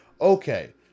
Okay